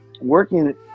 working